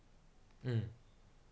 mm